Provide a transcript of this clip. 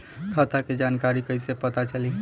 खाता के जानकारी कइसे पता चली?